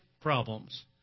problems